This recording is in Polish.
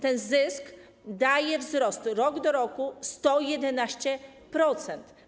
Ten zysk daje wzrost - rok do roku 111%.